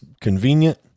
convenient